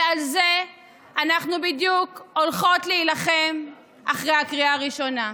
ועל זה אנחנו בדיוק הולכות להילחם אחרי הקריאה הראשונה.